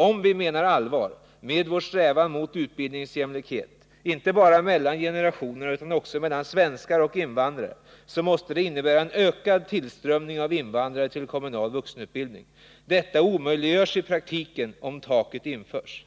Om vi menar allvar med vår strävan mot utbildningsjämlikhet inte bara mellan generationerna utan också mellan svenskar och invandrare, så måste det innebära en ökad tillströmning av invandrare till kommunal vuxenutbildning. Detta omöjliggörs i praktiken om taket införs. 3.